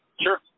Sure